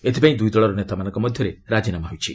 ଏଥିପାଇଁ ଦୁଇ ଦଳର ନେତାମାନଙ୍କ ମଧ୍ୟରେ ରାଜିନାମା ହୋଇଛି